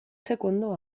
secondo